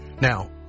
Now